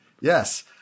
Yes